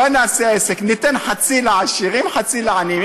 בוא נעשה עסק, ניתן חצי לעשירים חצי לעניים.